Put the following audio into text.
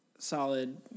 Solid